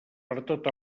pertot